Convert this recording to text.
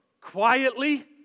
quietly